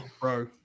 bro